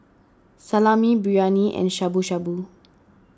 Salami Biryani and Shabu Shabu